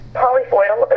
polyfoil